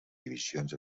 divisions